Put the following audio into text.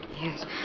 Yes